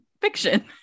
fiction